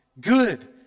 good